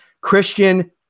Christian